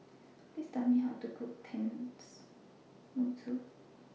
Please Tell Me How to Cook Tenmusu